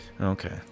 Okay